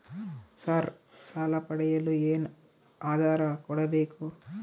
Sir ಸಾಲ ಪಡೆಯಲು ಏನು ಆಧಾರ ಕೋಡಬೇಕು?